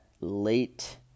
late